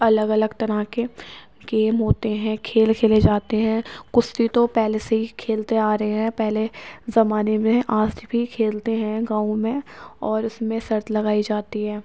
الگ الگ طرح کے گیم ہوتے ہیں کھیل کھیلے جاتے ہیں کشتی تو پہلے سے ہی کھیلتے آ رہے ہیں پہلے زمانے میں آج بھی کھیلتے ہیں گاؤں میں اور اس میں شرط لگائی جاتی ہے